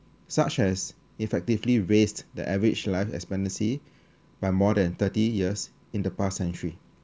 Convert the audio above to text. such as effectively raised the average life expectancy by more than thirty years in the past century